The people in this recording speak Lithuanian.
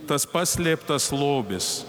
tas paslėptas lobis